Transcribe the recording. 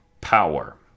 power